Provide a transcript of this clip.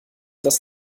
das